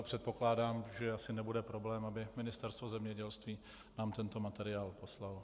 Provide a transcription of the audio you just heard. Předpokládám, že asi nebude problém, aby Ministerstvo zemědělství nám tento materiál poslalo.